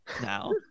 now